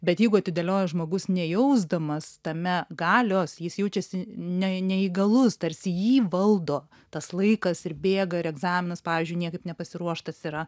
bet jeigu atidėlioja žmogus nejausdamas tame galios jis jaučiasi ne neįgalus tarsi jį valdo tas laikas ir bėga ir egzaminas pavyzdžiui niekaip nepasiruoštas yra